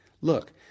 Look